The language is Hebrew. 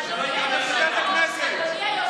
תפזר את הכנסת.